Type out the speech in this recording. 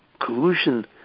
collusion